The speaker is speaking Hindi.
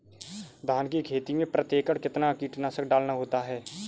धान की खेती में प्रति एकड़ कितना कीटनाशक डालना होता है?